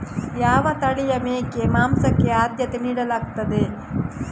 ಯಾವ ತಳಿಯ ಮೇಕೆ ಮಾಂಸಕ್ಕೆ ಆದ್ಯತೆ ನೀಡಲಾಗ್ತದೆ?